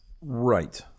Right